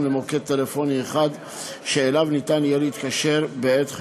למוקד טלפוני אחד שאליו ניתן יהיה להתקשר בעת חירום.